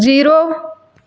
zero